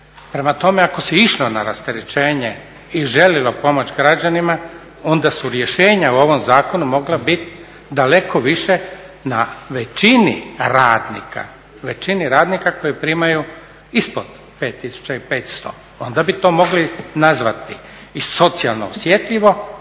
Prema tome, ako se išlo na rasterećenje i želilo pomoći građanima onda su rješenja u ovom zakonu mogla biti daleko više na većini radnika koji primaju ispod 5500. Onda bi to mogli nazvati i socijalno osjetljivo